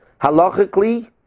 halachically